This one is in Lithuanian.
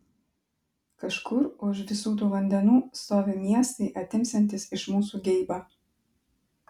kažkur už visų tų vandenų stovi miestai atimsiantys iš mūsų geibą